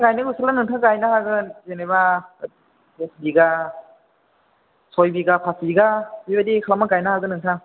गायनाय बोथोराव नोंथाङा गायनो हागोन जेनोबा दस बिगा सय बिघा फास बिघा बेबायदि खालामना गायनो हागोन नोंथां